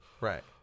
Right